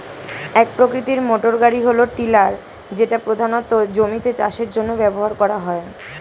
এক প্রকৃতির মোটরগাড়ি হল টিলার যেটা প্রধানত জমিতে চাষের জন্য ব্যবহার করা হয়